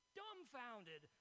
dumbfounded